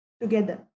together